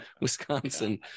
Wisconsin